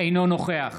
אינו נוכח